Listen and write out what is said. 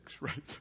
right